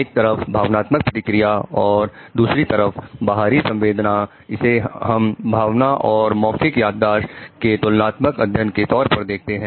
एक तरफ भावनात्मक प्रतिक्रिया और दूसरी तरफ बाहरी संवेदना इसे हम भावना और मौखिक याददाश्त के तुलनात्मक अध्ययन के तौर पर देखते हैं